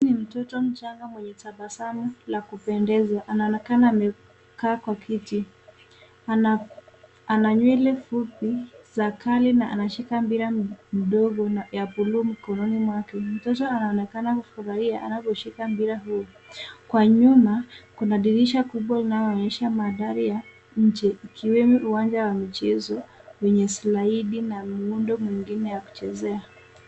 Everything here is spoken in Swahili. Huyu ni mtoto mchanga mwenye tabasamu la kupendeza. Anaonekana amekaa kwa kiti. Ana nywele fupi za kale na anashika mpira mdogo ya buluu mkononi mwake. Mtoto anaonekana anafurahia anaposhika mpira huo. Kwa nyuma kuna dirisha kubwa inayoonyesha mandhari ya nje ikiwemo uwanja wa michezo wenye slaidi na muundo mwingine wa kuchezea.